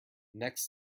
next